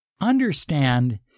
understand